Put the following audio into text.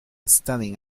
studying